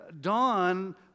Dawn